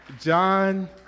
John